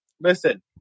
Listen